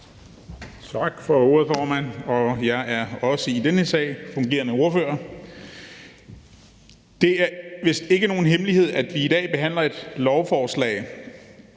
Tak for ordet, formand. Jeg er også i denne sag fungerende ordfører. Det er vist ikke nogen hemmelighed, at vi i dag behandler et lovforslag,